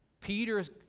Peter's